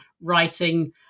writing